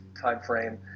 timeframe